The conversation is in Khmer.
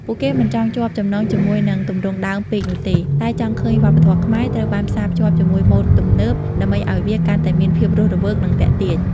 ពួកគេមិនចង់ជាប់ចំណងជាមួយនឹងទម្រង់ដើមពេកនោះទេ តែចង់ឃើញវប្បធម៌ខ្មែរត្រូវបានផ្សារភ្ជាប់ជាមួយម៉ូដទំនើប ដើម្បីឲ្យវាកាន់តែមានភាពរស់រវើកនិងទាក់ទាញ។